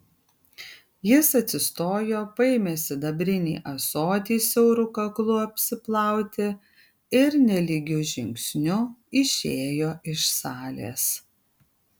jis atsistojo paėmė sidabrinį ąsotį siauru kaklu apsiplauti ir nelygiu žingsniu išėjo iš salės